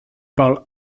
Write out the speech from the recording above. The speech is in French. parle